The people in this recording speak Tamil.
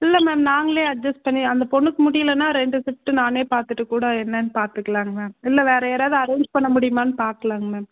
இல்லை மேம் நாங்களே அட்ஜஸ்ட் பண்ணி அந்த பொண்ணுக்கு முடியலைன்னா ரெண்டு சிஃப்ட்டு நானே பார்த்துட்டு கூட என்னென்னு பார்த்துக்கலாம்னு மேம் இல்லை வேறு யாரையாவது அரேஞ்ச் பண்ண முடியுமான்னு பார்க்கலாங்க மேம்